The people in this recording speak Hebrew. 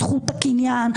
זכות הקניין,